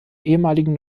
ehemaligen